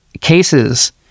cases